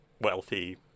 wealthy